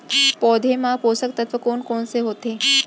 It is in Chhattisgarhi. पौधे मा पोसक तत्व कोन कोन से होथे?